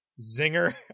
zinger